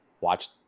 watch